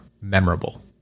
memorable